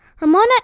Ramona